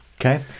Okay